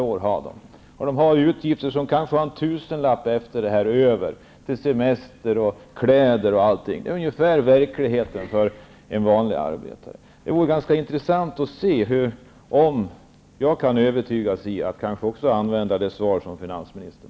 Efter att ha betalat sina utgifter har de kanske en tusenlapp kvar till semester, kläder osv. Det är verkligheten för vanliga arbetare. Det vore intressant att se om jag kan övertyga dem genom att använda finansministerns svar på den här punkten.